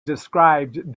described